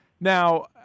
Now